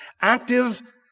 active